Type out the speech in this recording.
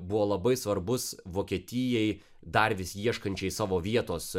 buvo labai svarbus vokietijai dar vis ieškančiai savo vietos